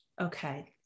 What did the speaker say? Okay